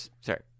sorry